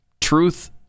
truth